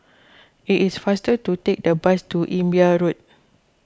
it is faster to take the bus to Imbiah Road